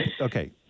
Okay